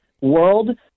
world